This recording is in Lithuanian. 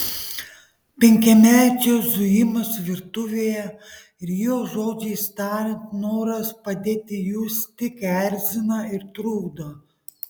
penkiamečio zujimas virtuvėje ir jo žodžiais tariant noras padėti jus tik erzina ir trukdo